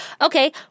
Okay